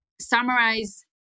summarize